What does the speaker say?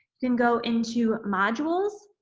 can go into modules